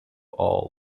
all